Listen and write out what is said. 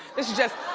this is just,